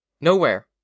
Nowhere